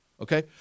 Okay